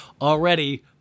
Already